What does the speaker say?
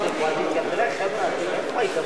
התשע"א 2011, לוועדת החוקה, חוק ומשפט נתקבלה.